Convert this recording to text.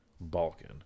Balkan